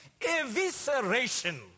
evisceration